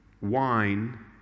wine